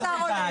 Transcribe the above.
לצד הזה.